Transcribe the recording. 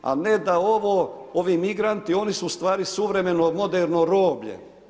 A ne da ovo, ovi migranti, oni su ustvari, suvremeno, moderno roblje.